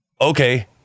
Okay